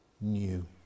new